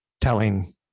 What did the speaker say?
telling